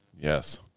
yes